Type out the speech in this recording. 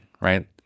Right